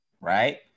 right